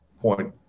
point